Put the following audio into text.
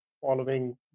following